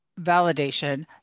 validation